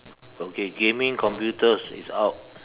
okay gaming computers is out